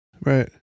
Right